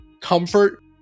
comfort